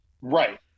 Right